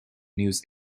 news